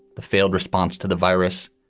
the failed response to the virus.